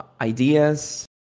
ideas